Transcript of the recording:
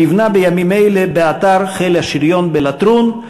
שנבנה בימים אלה באתר חיל השריון בלטרון.